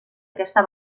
aquesta